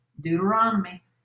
Deuteronomy